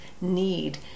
need